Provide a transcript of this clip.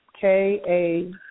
K-A